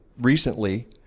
recently